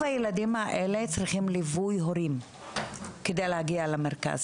הילדים האלה צריכים ליווי הורים כדי להגיע למרכז.